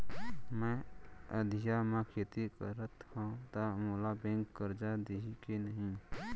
मैं अधिया म खेती करथंव त मोला बैंक करजा दिही के नही?